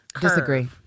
Disagree